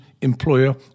employer